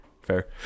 Fair